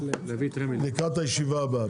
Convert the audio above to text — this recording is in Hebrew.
לקראת הישיבה הבאה.